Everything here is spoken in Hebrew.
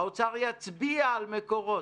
האוצר יצביע על מקורות.